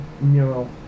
mural